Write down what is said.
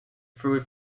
through